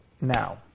now